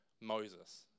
Moses